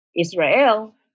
Israel